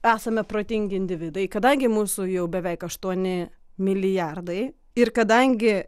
esame protingi individai kadangi mūsų jau beveik aštuoni milijardai ir kadangi